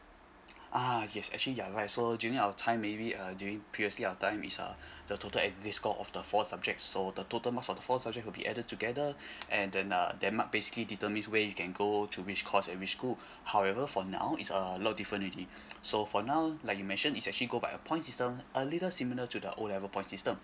ah yes actually you are right so during our time maybe uh during previously our time is uh the total admin score of the four subject so the total most of the four subject will be added together and then uh then mark basically determines where you can go to which course and which school however for now is uh a lot different already so for now like you mention is actually go by a point system a little similar to the O level points system